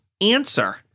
answer